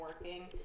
working